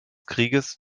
krieges